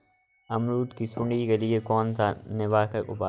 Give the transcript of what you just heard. अमरूद की सुंडी के लिए कौन सा निवारक उपाय है?